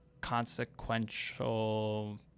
consequential